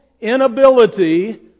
inability